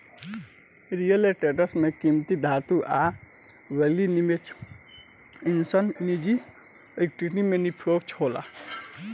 इ real estate में किमती धातु आ वैकल्पिक निवेश जइसन निजी इक्विटी में निवेश होला